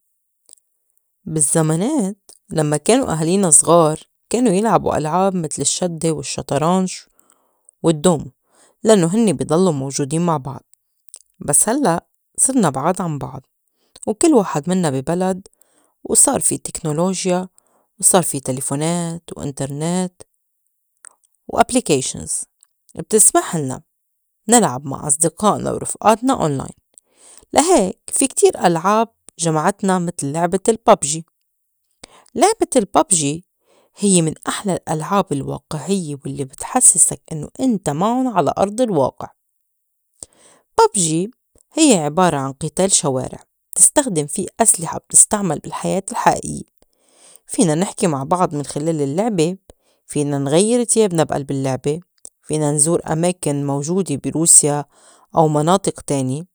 بالزّمنات لمّا كانو أهالينا زغار كانو يلعبو ألعاب متل الشدّة والشّطرنج والدّومو لأنّو هنّي بي ضلّو موجودين مع بعض، بس هلّأ صِرنا بعاد عن بعض وكِل واحد مِنّا بي بلد وصار في تكنولوجيا وصار في تليفونات وإنترنت و applications بتسمحلنا نلعب مع أصدقائنا ورفئاتنا أونلاين، لا هيك في كتير ألعاب جمعتنا متل لعبة ال PUBG. لعبة ال PUBG هيّ من أحلى الألعاب الواقعيّة والّي بتحسّسك إنّو إنت مَعُن على أرض الواقع. PUBG هيّ عِبارة عن قِتال شوارع بتستخدِم في أسلحة تُستعمل بالحياة الحئيئيّة، فينا نحكي مع بعض من خِلال اللّعبة، فينا نغيّر تيابنا بألب اللّعبة، فينا نزور أماكن موجودة بي روسيا أو مناطق تانية.